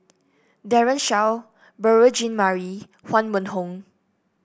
Daren Shiau Beurel Jean Marie Huang Wenhong